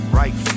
right